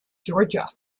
georgia